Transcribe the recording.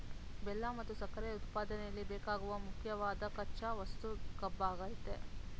ಬೆಲ್ಲ ಮತ್ತು ಸಕ್ಕರೆ ಉತ್ಪಾದನೆಯಲ್ಲಿ ಬೇಕಾಗುವ ಮುಖ್ಯವಾದ್ ಕಚ್ಚಾ ವಸ್ತು ಕಬ್ಬಾಗಯ್ತೆ